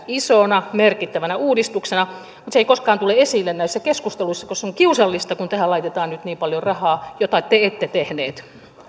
isona merkittävänä uudistuksena mutta se ei koskaan tule esille näissä keskusteluissa koska se on kiusallista kun tähän laitetaan nyt niin paljon rahaa mitä te ette tehneet